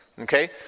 okay